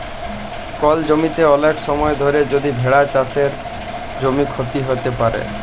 call জমিতে ওলেক সময় ধরে যদি ভেড়া চরে জমির ক্ষতি হ্যত প্যারে